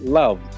love